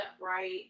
right